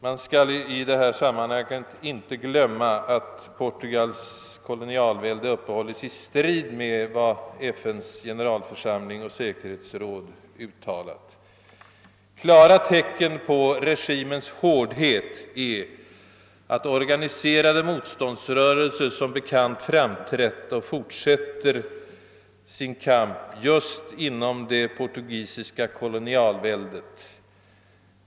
Man skall i detta sammanhang inte glömma att Portugals kolonialvälde uppehålles i strid med vad FN:s generalförsamling och säkerhetsråd uttalat. Klara tecken på regimens hårdhet är att organiserade motståndsrörelser som bekant framträtt och fortsätter sin kamp just inom det portugisiska kolonialväldet.